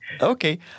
Okay